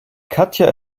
katja